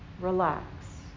relax